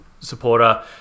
supporter